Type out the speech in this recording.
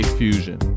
Fusion